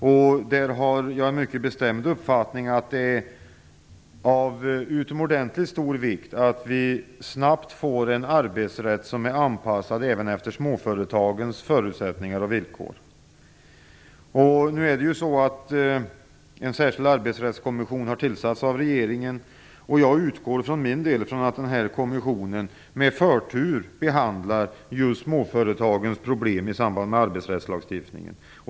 Jag har den mycket bestämda uppfattningen att det är av utomordentligt stor vikt att vi snabbt får en arbetsrätt som är anpassad även efter småföretagens förutsättningar och villkor. En särskild arbetsrättskommission har tillsatts av regeringen. Jag för min del utgår från att kommissionen med förtur behandlar just småföretagens problem i samband med arbetsrättslagstiftningen.